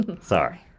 Sorry